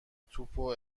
توپو